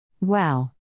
Wow